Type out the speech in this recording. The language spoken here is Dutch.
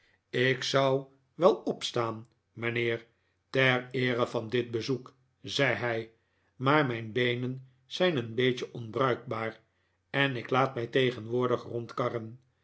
ik zou wel opstaan mijnheer ter eere vairdit bezoek zei hij maar mijn beenen zijn een beetje onbruikbaar en ik laat mij tegenwoordig